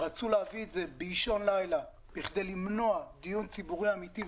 רצו להביא את זה באישון לילה בכדי למנוע דיון ציבורי אמיתי,